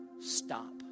stop